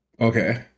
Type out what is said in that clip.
Okay